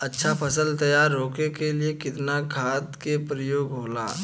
अच्छा फसल तैयार होके के लिए कितना खाद के प्रयोग होला?